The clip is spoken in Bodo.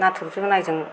नाथुर जुनायजों